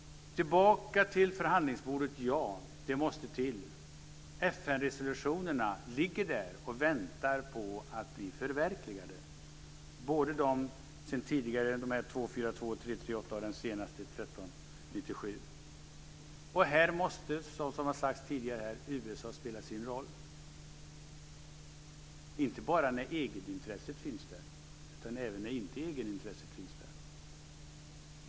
Tillbaka till förhandlingsbordet - ja, det måste till. FN-resolutionerna ligger där och väntar på att bli förverkligade, både de tidigare, 242 och 338, och den senaste, 1397. Här måste, som har sagts tidigare, USA spela sin roll - inte bara när egenintresset finns där utan även när inte egenintresset finns där.